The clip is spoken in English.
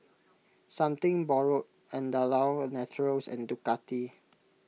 Something Borrowed Andalou Naturals and Ducati